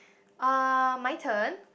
uh my turn